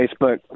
facebook